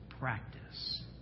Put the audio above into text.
practice